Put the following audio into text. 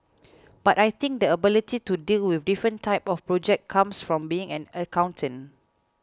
but I think the ability to deal with different types of projects comes from being an accountant